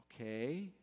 okay